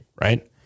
right